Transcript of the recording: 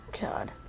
God